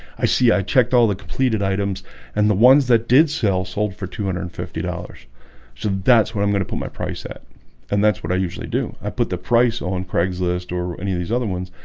i see i checked all the completed items and the ones that did sell sold for two and hundred and fifty dollars so that's what i'm gonna put my price at and that's what i usually do i put the price on craigslist or any of these other ones?